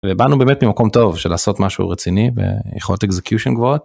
באמת ממקום טוב של לעשות משהו רציני ויכולת אקסקיושים גבוהות.